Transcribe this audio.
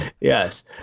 Yes